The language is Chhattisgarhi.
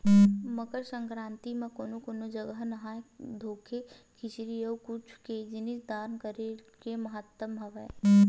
मकर संकरांति म कोनो कोनो जघा नहा धोके खिचरी अउ कुछु भी जिनिस दान करे के महत्ता हवय